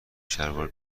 شلوار